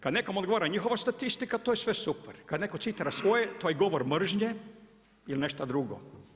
Kada nekome odgovara njihova statistika to je sve super, kada neko … to je govor mržnje ili nešta drugo.